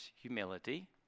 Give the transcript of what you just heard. humility